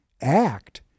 act